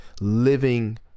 living